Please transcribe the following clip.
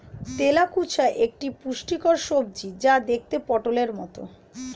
তেলাকুচা একটি পুষ্টিকর সবজি যা দেখতে পটোলের মতো